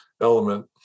element